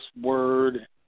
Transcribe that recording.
word